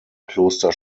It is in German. kloster